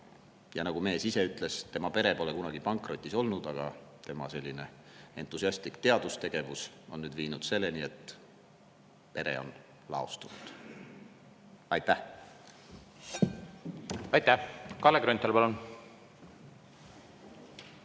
Nagu mees ise ütles, tema pere pole kunagi pankrotis olnud, aga tema selline entusiastlik teadustegevus on viinud selleni, et pere on laostunud. Aitäh! Aitäh! Kalle Grünthal, palun!